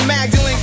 Magdalene